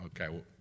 okay